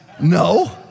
No